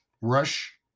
Rush